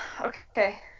okay